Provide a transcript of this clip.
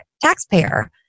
taxpayer